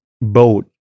boat